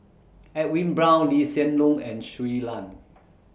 Edwin Brown Lee Hsien Loong and Shui Lan